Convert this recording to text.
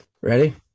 Ready